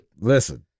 Listen